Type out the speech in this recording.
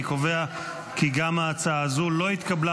אני קובע כי גם ההצעה הזו לא התקבלה,